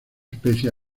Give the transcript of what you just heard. especie